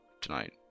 tonight